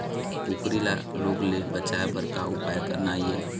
कुकरी ला रोग ले बचाए बर का उपाय करना ये?